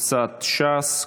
קבוצת סיעת ש"ס,